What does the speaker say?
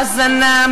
האזנה,